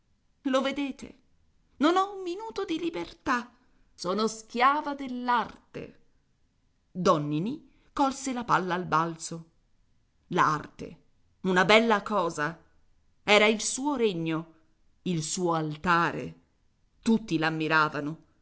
lo vedete non ho un minuto di libertà sono schiava dell'arte don ninì colse la palla al balzo l'arte una bella cosa era il suo regno il suo altare tutti l'ammiravano